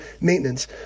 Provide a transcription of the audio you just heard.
maintenance